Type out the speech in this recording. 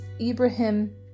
Ibrahim